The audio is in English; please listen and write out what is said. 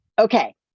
Okay